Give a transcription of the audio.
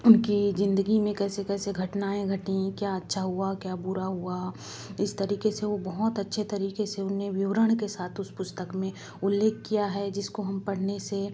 उनकी ज़िंदगी मे कैसी कैसी घटनाएँ घटीं क्या अच्छा हुआ क्या बुरा हुआ इस तरीक़े से वो बहुत अच्छे तरीक़े से उन्होंने विवरण के साथ उस पुस्तक मे उल्लेख किया है जिसको हम पढ़ने से